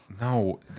No